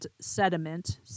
sediment